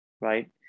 right